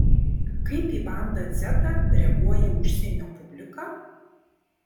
kaip į bandą dzetą reaguoja užsienio publika